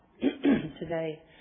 today